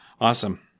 Awesome